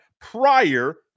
prior